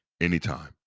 anytime